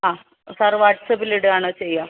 അ sir വാട്സാപ്പില് ഇടുകയാണോ ചെയ്യുക